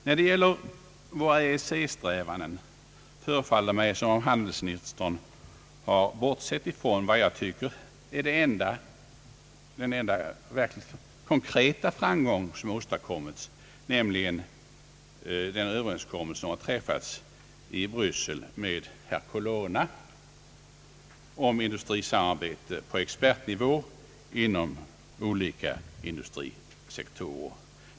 När det gäller våra EEC-strävanden förefaller det mig som om handelsministern har bortsett från vad jag tycker är den enda verkligt konkreta framgång som vunnits, nämligen den överenskommelse som har träffats i Bryssel med herr Colonna om industrisamarbete på expertnivå inom olika industrisektorer.